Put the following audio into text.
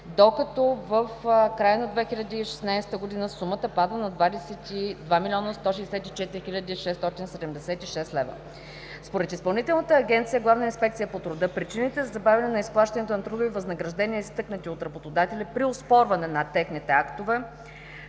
докато в края на 2016 г. сумата пада на 22 млн. 164 хил. 676 лв. Според Изпълнителната агенция „Главна инспекция по труда“ причините за забавяне на изплащането на трудови възнаграждения, изтъкнати от работодатели, при оспорване на техните актове,